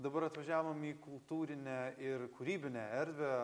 dabar atvažiavom į kultūrinę ir kūrybinę erdvę